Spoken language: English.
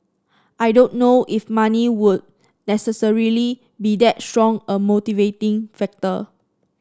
I don't know if money would necessarily be that strong a motivating factor